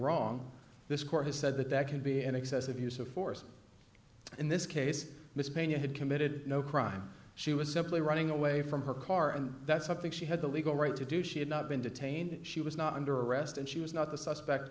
wrong this court has said that that could be an excessive use of force in this case mr pena had committed no crime she was simply running away from her car and that's something she had the legal right to do she had not been detained she was not under arrest and she was not the suspect